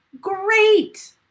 Great